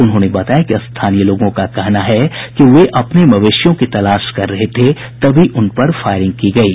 उन्होंने बताया कि स्थानीय लोगों का कहना है कि वे अपने मवेशियों की तलाश कर रहे थे तभी उन पर फायरिंग की गयी